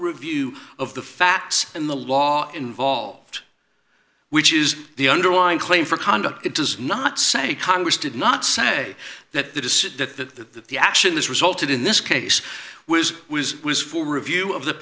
review of the facts and the law involved which is the underlying claim for conduct it does not say congress did not say that the decision that the action has resulted in this case was was was for review of the